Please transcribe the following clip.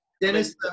Dennis